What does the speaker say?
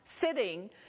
sitting